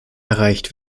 erreicht